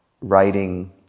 writing